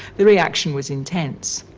the reaction was intense.